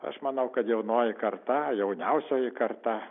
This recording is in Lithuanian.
aš manau kad jaunoji karta jauniausioji karta